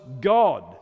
God